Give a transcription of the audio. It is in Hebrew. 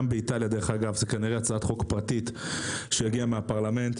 גם באיטליה זה כנראה הצעת חוק פרטית שהגיעה מן הפרלמנט.